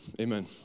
amen